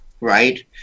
right